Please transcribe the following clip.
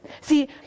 See